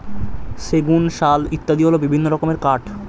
সেগুন, শাল ইত্যাদি হল বিভিন্ন রকমের কাঠ